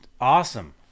awesome